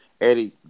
Eddie